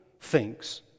thinks